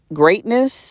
greatness